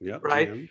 right